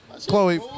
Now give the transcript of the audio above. Chloe